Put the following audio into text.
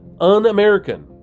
un-american